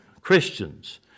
Christians